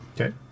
Okay